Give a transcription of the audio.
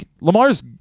Lamar's